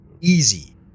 Easy